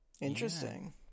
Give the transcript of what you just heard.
Interesting